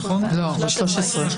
ב-13 ביוני.